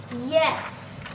Yes